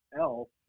else